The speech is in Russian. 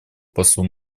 послу